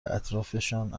اطرافشان